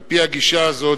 על-פי הגישה הזאת,